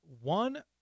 one